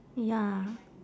ya